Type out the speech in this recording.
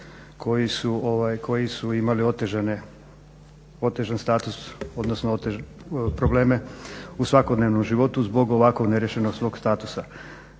koji su imali otežan status odnosno probleme u svakodnevnom životu zbog ovako neriješenog svog statusa.